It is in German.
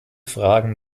fragen